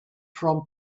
from